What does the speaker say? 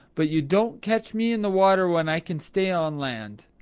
but you don't catch me in the water when i can stay on land.